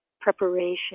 preparation